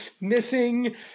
Missing